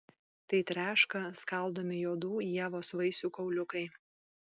tai treška skaldomi juodų ievos vaisių kauliukai